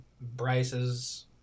Bryce's